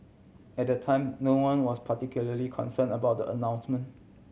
at the time no one was particularly concern about the announcement